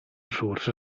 source